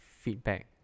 feedback